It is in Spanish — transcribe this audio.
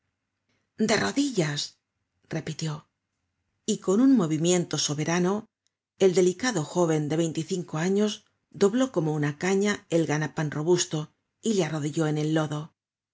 de rodillas repitió y con un movimiento soberano el delicado jóven de veinticinco años dobló como una caña al ganapan robusto y le arrodilló en el lodo